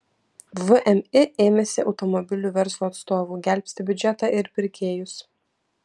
vmi ėmėsi automobilių verslo atstovų gelbsti biudžetą ir pirkėjus